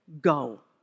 go